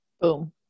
boom